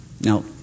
now